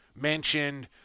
mentioned –